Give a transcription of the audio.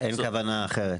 אין כוונה אחרת.